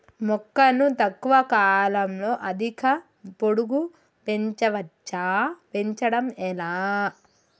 మొక్కను తక్కువ కాలంలో అధిక పొడుగు పెంచవచ్చా పెంచడం ఎలా?